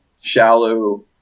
shallow